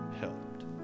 helped